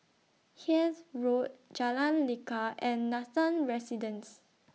Hythe Road Jalan Lekar and Nathan Residences